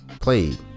Played